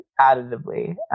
additively